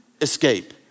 escape